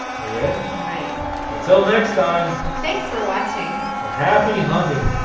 hey ray um ready until next time thanks for watching and happy hunting